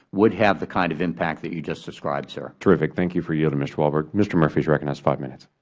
would have the kind of impact that you just described, sir. terrific. thank you for yielding, mr. walberg. mr. murphy is recognized for five minutes.